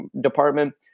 department